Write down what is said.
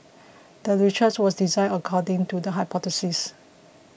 the research was designed according to the hypothesis